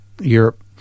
europe